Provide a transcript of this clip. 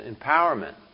empowerment